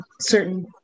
certain